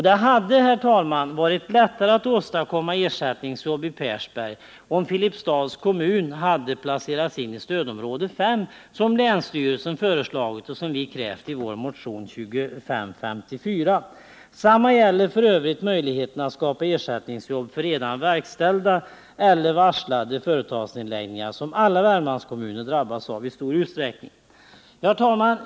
Det hade, herr talman, varit lättare att åstadkomma ersättningsjobb vid Persberg, om Filipstads kommun hade placerats i stödområde 5, som länsstyrelsen föreslagit och som vi krävt i vår motion 2554. Detsamma gäller f. ö. möjligheten att skapa ersättningsjobb för redan verkställda eller varslade företagsnedläggningar, som alla Värmlandskommuner drabbats av i stor utsträckning. Herr talman!